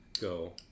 go